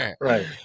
Right